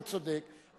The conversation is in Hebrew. אני לא אומר שהוא צודק,